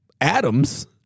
atoms